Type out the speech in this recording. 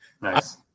Nice